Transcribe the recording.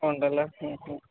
ഉണ്ടല്ലേ മ് മ്